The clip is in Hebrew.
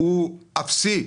הוא אפסי.